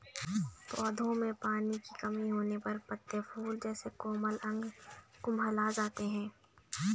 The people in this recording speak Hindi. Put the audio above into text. पौधों में पानी की कमी होने पर पत्ते, फूल जैसे कोमल अंग कुम्हला जाते हैं